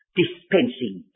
dispensing